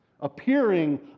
appearing